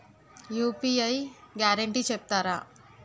UPI guarantee చెప్తారా?